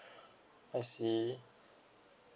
I see